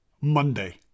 Monday